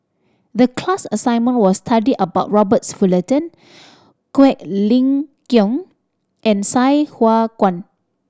the class assignment was study about Robert Fullerton Quek Ling Kiong and Sai Hua Kuan